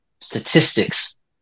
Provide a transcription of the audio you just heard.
statistics